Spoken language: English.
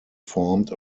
formed